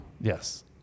Yes